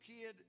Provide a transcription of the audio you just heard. kid